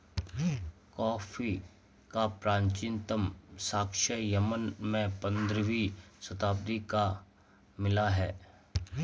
coffee का प्राचीनतम साक्ष्य यमन में पंद्रहवी शताब्दी का मिला है